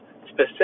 specific